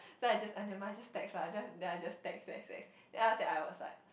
so I just ah never mind just text lah just then I just text text text then after that I was like